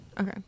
Okay